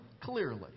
clearly